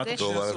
טוב,